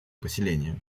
поселения